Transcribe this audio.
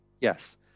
Yes